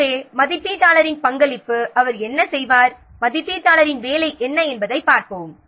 எனவே மதிப்பீட்டாளரின் பங்களிப்பு அவர் என்ன செய்வார் மதிப்பீட்டாளரின் வேலை என்ன என்பதைப் பார்ப்போம்